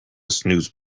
snooze